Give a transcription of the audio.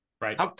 Right